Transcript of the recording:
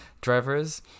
drivers